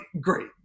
great